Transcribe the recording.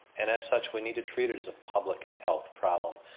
and as such, we need to treat it as a public health problem.